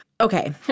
Okay